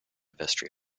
vestry